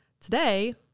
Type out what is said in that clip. today